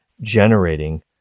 generating